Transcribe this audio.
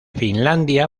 finlandia